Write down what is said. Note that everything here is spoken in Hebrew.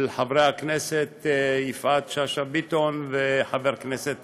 של חברי הכנסת יפעת שאשא ביטון ומרגי,